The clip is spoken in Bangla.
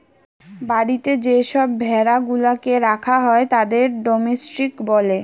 বাড়িতে যে সব ভেড়া গুলাকে রাখা হয় তাদের ডোমেস্টিক বলে